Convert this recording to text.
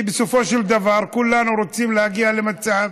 כי בסופו של דבר כולנו רוצים להגיע למצב